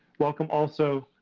welcome, also,